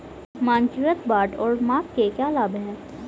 मानकीकृत बाट और माप के क्या लाभ हैं?